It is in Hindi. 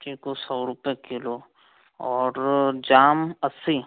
चीकू सौ रुपया किलो और जाम अस्सी